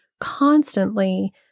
constantly